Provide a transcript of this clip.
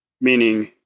meaning